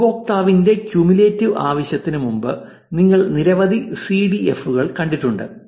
ഉപയോക്താവിന്റെ ക്യുമുലേറ്റീവ് ആവൃത്തിക്ക് മുമ്പ് നിങ്ങൾ നിരവധി സിഡിഎഫുകൾ കണ്ടിട്ടുണ്ട്